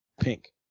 pink